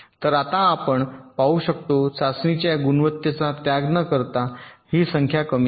तर आता आपण कसे ते पाहू शकतो चाचणीच्या गुणवत्तेचा त्याग न करता ही संख्या कमी करा